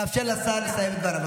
לאפשר לשר לסיים את דבריו,